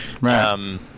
Right